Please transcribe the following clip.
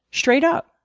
straight up,